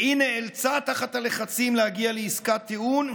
והיא נאלצה, תחת הלחצים, להגיע לעסקת טיעון,